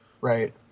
Right